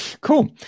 cool